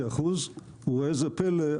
וראה זה פלא,